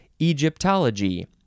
Egyptology